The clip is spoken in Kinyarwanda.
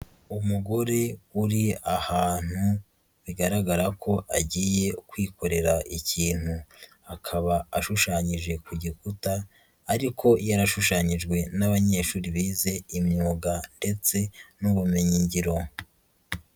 Umugore uri ahantu, bigaragara ko agiye kwikorera ikintu, akaba ashushanyije ku gikuta, ariko yarashushanyijwe n'abanyeshuri bize imyuga ndetse n'ubumenyin ngiro.